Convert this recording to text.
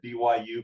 BYU